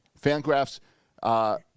Fangraphs